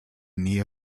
nähe